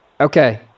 Okay